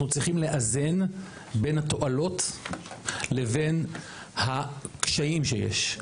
צריכים לאזן בין התועלות לבין הקשיים שיש.